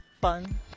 Fun